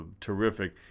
terrific